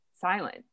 silent